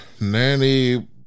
Nanny